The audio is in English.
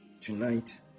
tonight